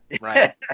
Right